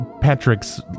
Patrick's